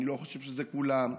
אני לא חושב שזה כולם.